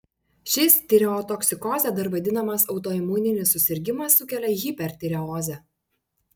šis tireotoksikoze dar vadinamas autoimuninis susirgimas sukelia hipertireozę